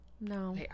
No